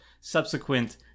subsequent